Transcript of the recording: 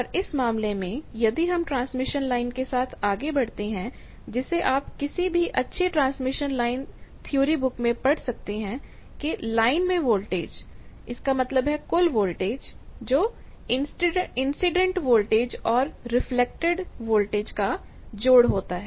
और इस मामले में यदि हम ट्रांसमिशन लाइन के साथ आगे बढ़ते हैं जिसे आप किसी भी अच्छी ट्रांसमिशन लाइन थ्योरी बुक में पढ़ सकते हैं कि लाइन वोल्टेज इसका मतलब है कुल वोल्टेज जो इंसीडेंट वोल्टेज और रिफ्लेक्टेड वोल्टेज का जोड़ होता है